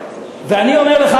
ואני אומר לך,